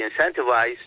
incentivize